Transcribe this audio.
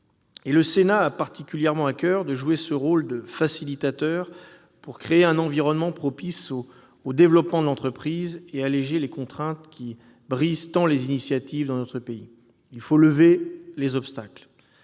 Le Sénat a particulièrement à coeur de jouer ce rôle de facilitateur pour créer un environnement propice au développement de l'entreprise et alléger les contraintes qui brisent tant les initiatives dans notre pays. Il faut lever les obstacles